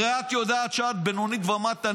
הרי את יודעת שאת בינונית ומטה.